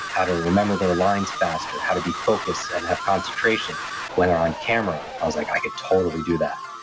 how to remember their lines faster, how to be focused and have concentration when they're on camera. i was like, i could totally do that.